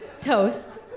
Toast